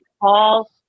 Paul